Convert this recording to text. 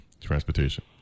transportation